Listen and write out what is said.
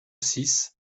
six